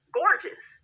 gorgeous